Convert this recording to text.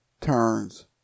turns